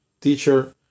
Teacher